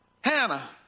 Hannah